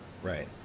Right